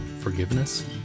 forgiveness